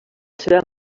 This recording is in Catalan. seva